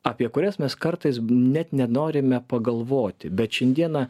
apie kurias mes kartais net nenorime pagalvoti bet šiandieną